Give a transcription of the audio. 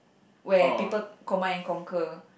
where people command and conquer